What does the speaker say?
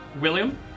William